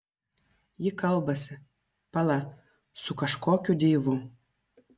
ji kalbasi pala su kažkokiu deivu